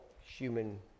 human